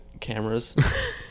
cameras